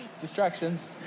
distractions